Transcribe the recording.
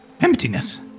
emptiness